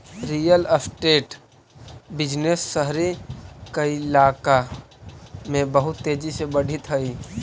real estate business शहरी कइलाका में बहुत तेजी से बढ़ित हई